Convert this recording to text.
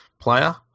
player